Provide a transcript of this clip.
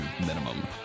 minimum